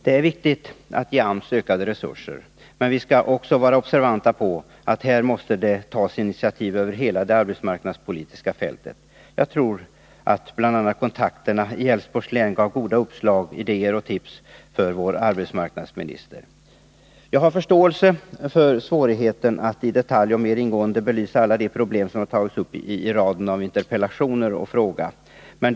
Det är viktigt att ge AMS ökade resurser, men vi skall också vara observanta på att här måste det tas initiativ för hela det arbetsmarknadspolitiska fältet. Jag tror att bl.a. kontakterna i Älvsborgs län gav vår arbetsmarknadsminister goda uppslag, idéer och tips. Jag har förståelse för svårigheten att i detalj och mer ingående belysa alla de problem som har tagits upp i raden av interpellationer och i frågan.